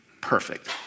perfect